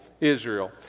Israel